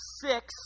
six